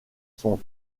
sont